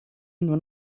nur